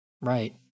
Right